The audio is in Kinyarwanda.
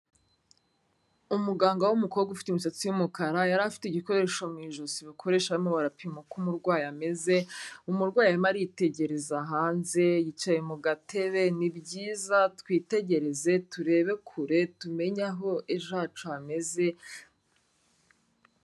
Umuganga w'umukobwa ufite imisatsi y'umukara yari afite igikoresho mu ijosi bakoreshamo barimo barapima uko umurwayi ameze, umurwayi arimo aritegereza hanze yicaye mu gatebe, ni byiza twitegereze turebe kure tumenye aho ejo hacu hameze.